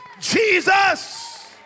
Jesus